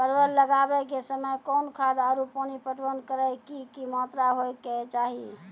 परवल लगाबै के समय कौन खाद आरु पानी पटवन करै के कि मात्रा होय केचाही?